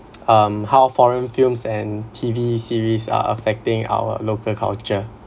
um how foreign films and T_V series are affecting our local culture